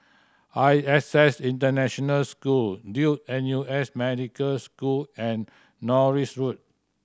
I S S International School Duke N U S Medical School and Norris Road